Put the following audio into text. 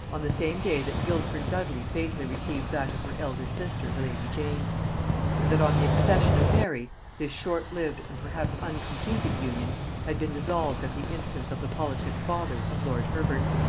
on the same day that guildford dudley fatally received that of her elder sister the lady jane and that on the accession of mary this short-lived and perhaps uncompleted union had been dissolved at the instance of the politic father of lord herbert.